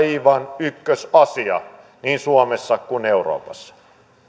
aivan ykkösasia niin suomessa kuin euroopassa